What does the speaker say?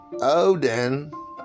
Odin